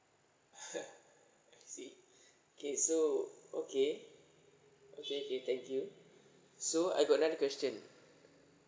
I see okay so okay okay okay thank you so I got another question